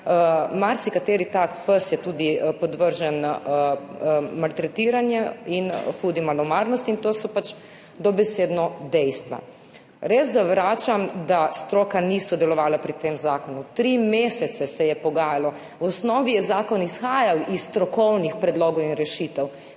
marsikateri tak pes je tudi podvržen maltretiranju in hudi malomarnosti in to so pač dobesedno dejstva. Res zavračam, da stroka ni sodelovala pri tem zakonu. 3 mesece se je pogajalo. V osnovi je zakon izhajal iz strokovnih predlogov in rešitev.